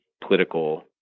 political